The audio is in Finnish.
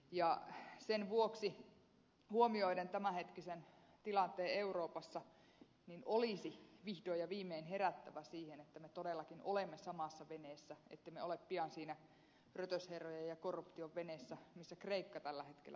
ja sen vuoksi huomioiden tämänhetkisen tilanteen euroopassa olisi vihdoin ja viimein herättävä siihen että me todellakin olemme samassa veneessä ettemme ole pian siinä rötösherrojen ja korruption veneessä missä kreikka tällä hetkellä painii